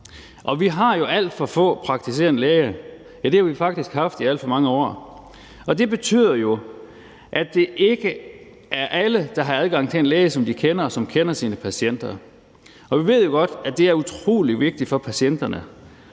Vi har jo alt for få praktiserende læger – ja, det har vi faktisk haft i alt for mange år – og det betyder, at det ikke er alle, der har adgang til en læge, som de kender, og som kender sine patienter, og vi ved jo godt, at det er utrolig vigtigt for patienterne,